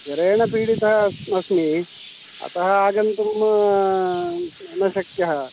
ज्वरेण पीडितः अस्मि अतः आगन्तुं न शक्यः